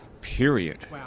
period